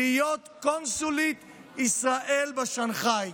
להיות קונסולית ישראל בשנחאי,